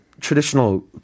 traditional